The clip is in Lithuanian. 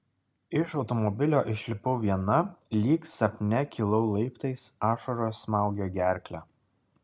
iš automobilio išlipau viena lyg sapne kilau laiptais ašaros smaugė gerklę